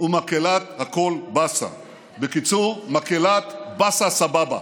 ומקהלת הכול באסה, בקיצור, מקהלת באסה-סבבה.